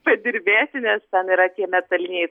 padirbėti nes tam yra tie metaliniai